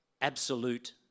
absolute